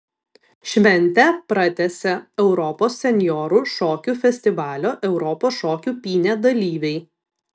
šventę pratęsė europos senjorų šokių festivalio europos šokių pynė dalyviai